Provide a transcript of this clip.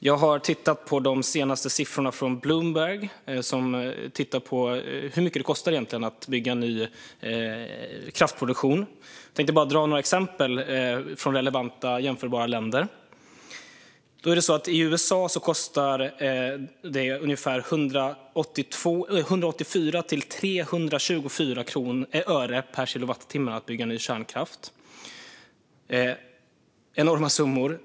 Jag har tittat på de senaste siffrorna från Bloomberg om hur mycket det egentligen kostar att bygga ny kraftproduktion. Jag ska dra några exempel från relevanta jämförbara länder. I USA kostar det ungefär 184-324 öre per kilowattimme att bygga ny kärnkraft. Det är enorma summor.